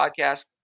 podcast